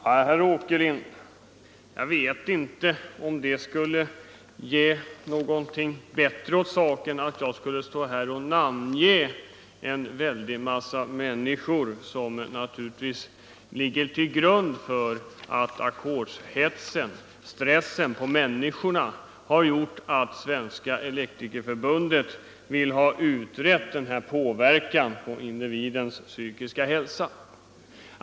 Fru talman! Jag vet inte, herr Åkerlind, om det skulle göra saken bättre att jag stod här och namngav en väldig massa människor, vilkas handlande naturligtvis ligger till grund för att ackordshetsen, stressen för människorna, blivit av det slaget att Svenska elektrikerförbundet vill ha denna påverkan på individens psykiska hälsa utredd.